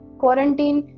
quarantine